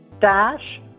dash